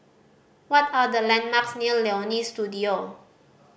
what are the landmarks near Leonie Studio